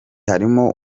harimo